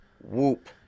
whoop